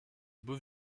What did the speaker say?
beaux